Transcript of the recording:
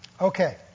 Okay